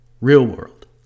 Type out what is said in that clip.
Real-world